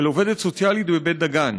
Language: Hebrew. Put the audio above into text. של עובדת סוציאלית בבית דגן.